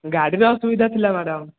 ଗାଡ଼ିର ଅସୁବିଧା ଥିଲା ମ୍ୟାଡ଼ାମ୍